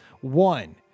One